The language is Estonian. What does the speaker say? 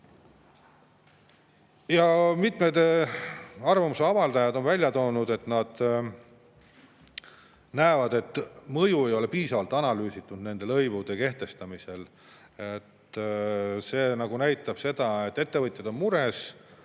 Mitmed arvamuse avaldajad näevad, et mõju ei ole piisavalt analüüsitud nende lõivude kehtestamisel. See näitab seda, et ettevõtjad on mures.